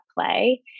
play